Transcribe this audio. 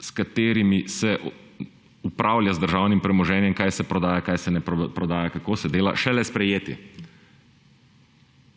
s katero se upravlja z državnim premoženjem, kaj se prodaja, česa se ne prodaja, kako se dela, šele sprejeti.